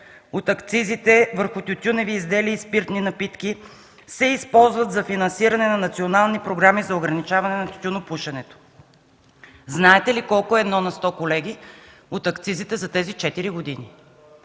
от акцизите върху тютюневи изделия и спиртни напитки се използват за финансиране на национални програми за ограничаване на тютюнопушенето”. Знаете ли колко е 1 на сто от акцизите за тези четири години?